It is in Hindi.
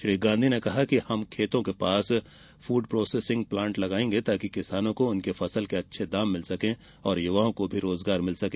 श्री गांधी ने कहा कि हम खेतों के पास फुड प्रोसेसिंग प्लांट लगायेंगे ताकि किसानों को उनके फसल के अच्छे दाम मिल सके और युवाओं को भी रोजगार मिल सके